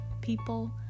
people